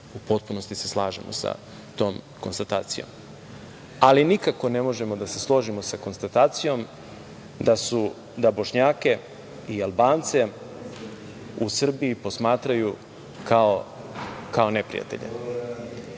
U potpunosti se slažemo sa tom konstatacijom, ali nikako ne možemo da se složimo sa konstatacijom da Bošnjake i Albance u Srbiji posmatraju kao neprijatelje.